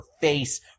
face